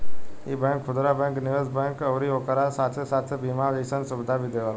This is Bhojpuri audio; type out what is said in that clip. इ बैंक खुदरा बैंक, निवेश बैंक अउरी एकरा साथे साथे बीमा जइसन सुविधा भी देवेला